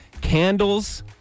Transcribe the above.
candles